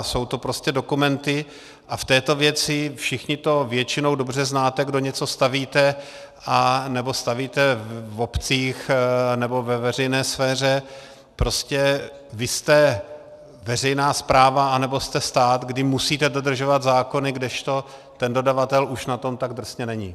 Jsou to prostě dokumenty a v této věci, všichni to většinou dobře znáte, kdo něco stavíte anebo stavíte v obcích nebo ve veřejné sféře, prostě vy jste veřejná správa anebo jste stát, kdy musíte dodržovat zákony, kdežto ten dodavatel už na tom tak drsně není.